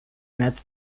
united